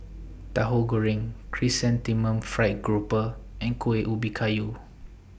Tahu Goreng Chrysanthemum Fried Grouper and Kuih Ubi Kayu